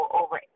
over